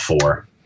four